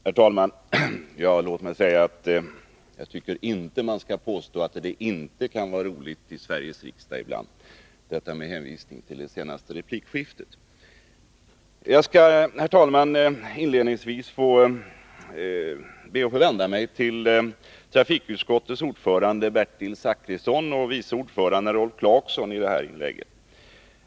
Herr talman! Låt mig med hänvisning till det senaste replikskiftet säga att man inte skall påstå att det inte kan vara roligt ibland i Sveriges riksdag. Jag skall i det här inlägget be att få vända mig till trafikutskottets ordförande Bertil Zachrisson och dess vice ordförande Rolf Clarkson.